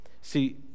See